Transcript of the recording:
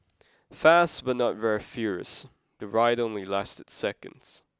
fast but not very furious the ride only lasted seconds